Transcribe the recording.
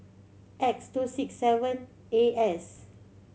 X two six seven A S